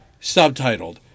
subtitled